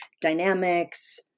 dynamics